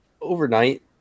overnight